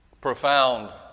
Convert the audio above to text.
profound